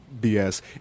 BS